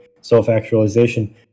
self-actualization